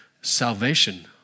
salvation